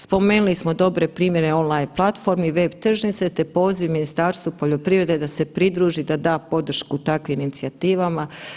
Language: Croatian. Spomenuli smo dobre primjere online platformi, web tržnice te poziv Ministarstvu poljoprivrede da se pridruži da da podršku takvim inicijativama.